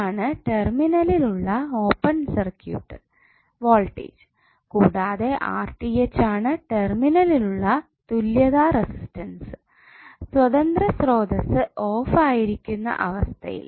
ആണ് ടെർമിനലിൽ ഉള്ള ഓപ്പൺ സർക്യൂട്ട് വോൾടേജ് കൂടാതെ ആണ് ടെർമിനലിൽ ഉള്ള തുല്യത റെസിസ്റ്റൻസ് സ്വതന്ത്രത സ്രോതസ്സ് ഓഫ് ആയിരിക്കുന്ന അവസ്ഥയിൽ